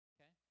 Okay